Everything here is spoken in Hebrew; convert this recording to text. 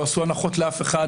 לא עשו הנחות לאף אחד,